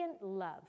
love